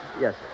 Yes